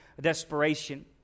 desperation